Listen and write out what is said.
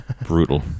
Brutal